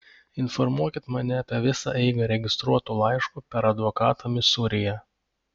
informuokit mane apie visą eigą registruotu laišku per advokatą misūryje